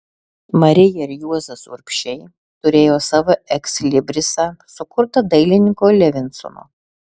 marija ir juozas urbšiai turėjo savo ekslibrisą sukurtą dailininko levinsono